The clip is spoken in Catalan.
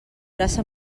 traça